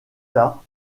tard